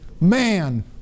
man